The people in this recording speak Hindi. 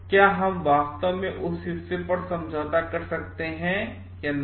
क्या हम वास्तव में उस हिस्से पर समझौता कर सकते हैं यानहीं